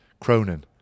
Cronin